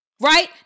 right